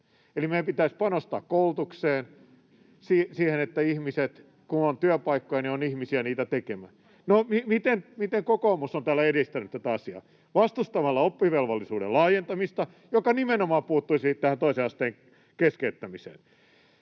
Eli meidän pitäisi panostaa koulutukseen, siihen, että kun on työpaikkoja, niin on ihmisiä niitä tekemään. No, miten kokoomus on täällä edistänyt tätä asiaa? Vastustamalla oppivelvollisuuden laajentamista, joka nimenomaan puuttuisi tähän toisen asteen keskeyttämiseen.